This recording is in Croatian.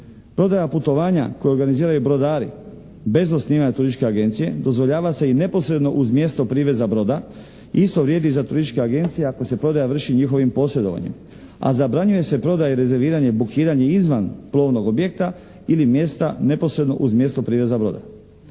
prodaja putovanja koju organiziraju brodari bez osnivanje turističke agencije dozvoljava se i neposredno uz mjesto priveza broda. Isto vrijedi i za turističke agencije ako se prodaja vrši njihovim posredovanjem, a zabranjuje se prodaja i rezerviranje, bukiranje izvan plovnog objekta ili mjesta neposredno uz mjesto priveza broda.